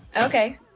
okay